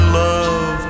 love